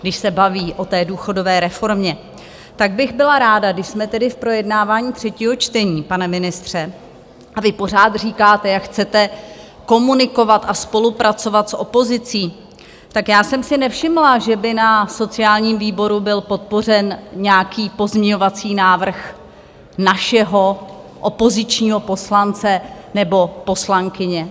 Když se baví o té důchodové reformě, tak bych byla ráda, když jsme tedy v projednávání třetího čtení, pane ministře, a vy pořád říkáte, jak chcete komunikovat a spolupracovat s opozicí, tak já jsem si nevšimla, že by na sociálním výboru byl podpořen nějaký pozměňovací návrh našeho opozičního poslance nebo poslankyně.